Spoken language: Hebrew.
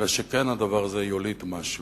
אלא שכן, הדבר הזה יוליד משהו.